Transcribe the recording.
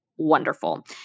wonderful